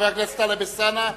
חבר הכנסת טלב אלסאנע,